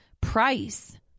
price